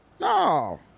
no